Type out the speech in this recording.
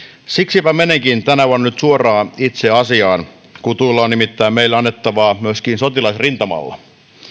siksipä menenkin tänä vuonna nyt suoraan itse asiaan kutuilla on nimittäin meille annettavaa myöskin sotilasrintamalla